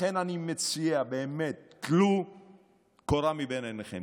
לכן, אני מציע, באמת, טלו קורה מבין עיניכם.